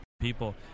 people